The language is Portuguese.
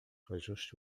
ajuste